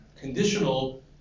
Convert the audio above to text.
conditional